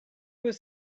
was